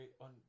on